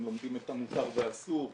הם לומדים את המותר והאסור,